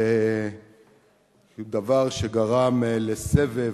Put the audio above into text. דבר שגרם לסבב,